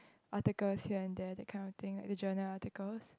articles here and there that kind of thing like the journal articles